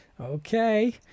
okay